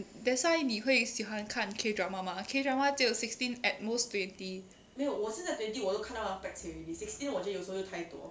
that's why 你会喜欢看 K drama mah K drama 只有 sixteen at most twenty